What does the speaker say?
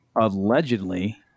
allegedly